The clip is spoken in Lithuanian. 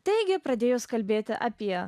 teigia pradėjus kalbėti apie